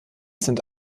sind